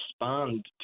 respond